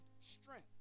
strength